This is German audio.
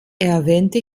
erwähnte